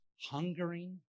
hungering